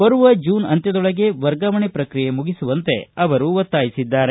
ಬರುವ ಜೂನ್ ಅಂತ್ಯದೊಳಗೆ ವರ್ಗಾವಣೆ ಪ್ರಕ್ರಿಯೆಯನ್ನು ಮುಗಿಸುವಂತೆ ಅವರು ಒತ್ತಾಯಿಸಿದ್ದಾರೆ